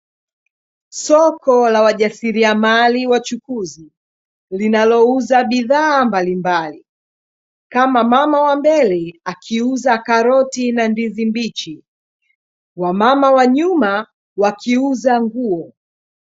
Soko la wajasiriamali wachukuzi linalouza bidhaa mbalimbali kama mama wa mbele akiuza karoti na ndizi mbichi, wamama wa nyuma wakiuza nguo.